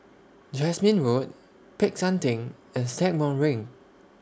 Jasmine Road Peck San Theng and Stagmont Ring